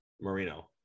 Marino